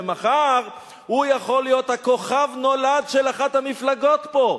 ומחר הוא יכול להיות הכוכב נולד של אחת המפלגות פה.